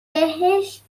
بهش